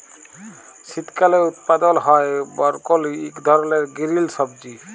শীতকালে উৎপাদল হ্যয় বরকলি ইক ধরলের গিরিল সবজি